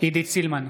עידית סילמן,